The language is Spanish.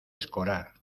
escorar